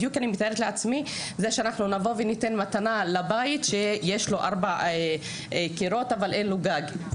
בדמיון שלי זה כמו לבוא ולתת למישהו בית במתנה אבל אין לבית גג,